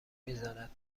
میزند